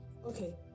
Okay